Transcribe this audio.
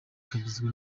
kagizwe